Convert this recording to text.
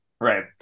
right